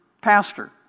pastor